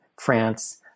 France